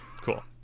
cool